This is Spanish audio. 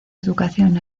educación